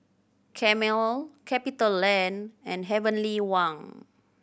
Camel CapitaLand and Heavenly Wang